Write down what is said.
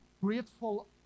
grateful